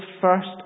first